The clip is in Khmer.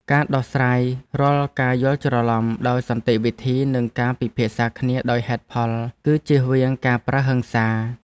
ការដោះស្រាយរាល់ការយល់ច្រឡំដោយសន្តិវិធីនិងការពិភាក្សាគ្នាដោយហេតុផល គឺជៀសវាងការប្រើហិង្សា។